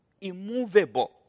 immovable